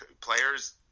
players